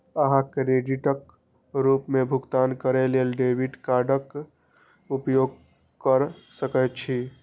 अहां क्रेडिटक रूप मे भुगतान करै लेल डेबिट कार्डक उपयोग कैर सकै छी